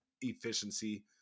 efficiency